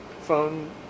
phone